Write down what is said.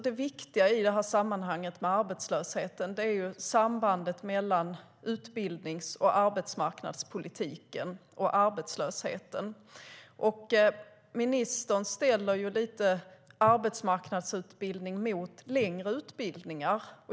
Det viktiga i detta sammanhang med arbetslösheten är sambandet mellan utbildnings och arbetsmarknadspolitiken. Ministern ställer lite grann arbetsmarknadsutbildningar mot längre utbildningar.